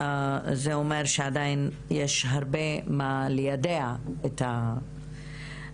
זה אומר שעדיין יש הרבה מה ליידע את עולם